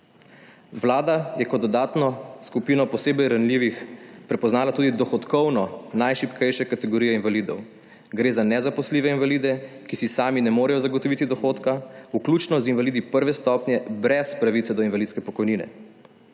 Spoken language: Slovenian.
Vlada je kot dodatno skupino posebej ranljivih prepoznala tudi dohodkovno najšibkejše kategorije invalidov. Gre za nezaposljive invalide, ki si sami ne morejo zagotoviti dohodka vključno z invalidi I. stopnje brez pravice do invalidske pokojnine.